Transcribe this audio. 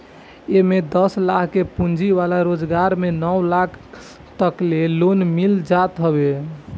एमे दस लाख के पूंजी वाला रोजगार में नौ लाख तकले लोन मिल जात हवे